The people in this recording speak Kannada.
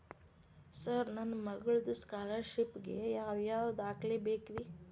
ಸರ್ ನನ್ನ ಮಗ್ಳದ ಸ್ಕಾಲರ್ಷಿಪ್ ಗೇ ಯಾವ್ ಯಾವ ದಾಖಲೆ ಬೇಕ್ರಿ?